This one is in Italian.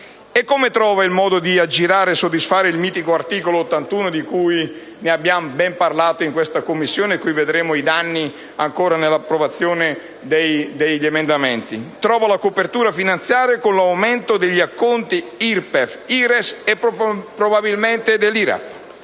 e come trova il modo di aggirare e soddisfare il mitico articolo 81 della Costituzione, di cui abbiamo parlato in Commissione e di cui vedremo i danni in fase di approvazione degli emendamenti? Trova la copertura finanziaria con l'aumento degli acconti IRPEF, IRES e probabilmente IRAP: